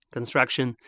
Construction